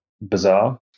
bizarre